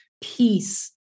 peace